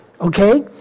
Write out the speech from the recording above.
Okay